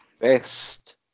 best